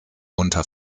unter